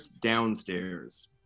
downstairs